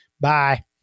Bye